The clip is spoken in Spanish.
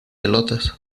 pelotas